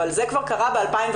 אבל זה כבר קרה ב-2018,